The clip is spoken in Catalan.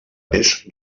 pes